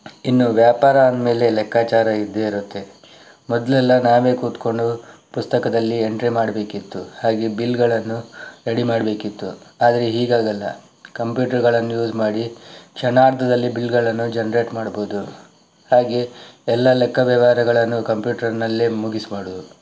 ಇನ್ನು ವ್ಯಾಪಾರ ಅಂದಮೇಲೆ ಲೆಕ್ಕಾಚಾರ ಇದ್ದೇ ಇರುತ್ತೆ ಮೊದಲೆಲ್ಲ ನಾವೇ ಕೂತ್ಕೊಂಡು ಪುಸ್ತಕದಲ್ಲಿ ಎಂಟ್ರಿ ಮಾಡಬೇಕಿತ್ತು ಹಾಗೆ ಬಿಲ್ಗಳನ್ನು ರೆಡಿ ಮಾಡಬೇಕಿತ್ತು ಆದರೆ ಈಗ ಹಾಗಲ್ಲ ಕಂಪ್ಯೂಟರ್ಗಳನ್ನು ಯೂಸ್ ಮಾಡಿ ಕ್ಷಣಾರ್ಧದಲ್ಲಿ ಬಿಲ್ಗಳನ್ನು ಜನರೇಟ್ ಮಾಡಬಹುದು ಹಾಗೆ ಎಲ್ಲ ಲೆಕ್ಕ ವ್ಯವಹಾರಗಳನ್ನು ಕಂಪ್ಯೂಟರ್ನಲ್ಲೇ ಮುಗಿಸ ಮಾಡುವುದು